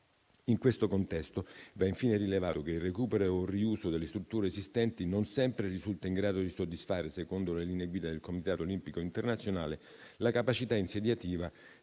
In questo contesto, va infine rilevato che il recupero o il riuso delle strutture esistenti non sempre risulta in grado di soddisfare, secondo le linee guida del Comitato olimpico internazionale, la capacità insediativa